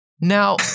Now-